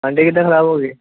ਅੰਡੇ ਕਿਦਾ ਖਰਾਬ ਹੋ ਗਏ